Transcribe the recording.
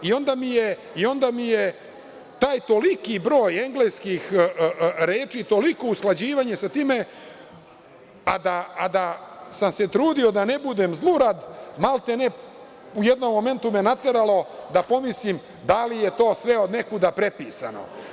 I onda mi je taj toliki broj engleskih reči, toliko usklađivanje sa time, a da sam se trudio da ne budem zlurad, maltene u jednom momentu me nateralo da pomislim da li je to sve od nekud prepisano.